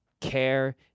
care